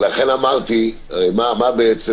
הרי מה בעצם